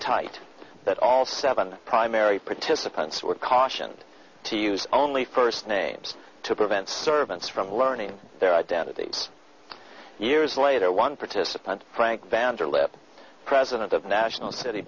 tight that all seven primary participants were cautioned to use only first names to prevent servants from learning their identities years later one participant frank vanderlip president of national city